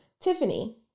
Tiffany